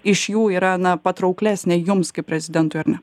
iš jų yra na patrauklesnė jums kaip prezidentui ar ne